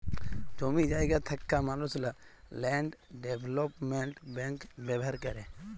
জমি জায়গা থ্যাকা মালুসলা ল্যান্ড ডেভলোপমেল্ট ব্যাংক ব্যাভার ক্যরে